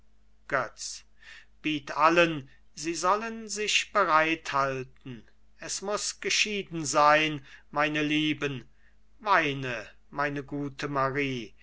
götz biet allen sie sollen sich bereit halten es muß geschieden sein meine lieben weine meine gute marie